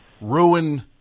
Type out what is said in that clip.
ruin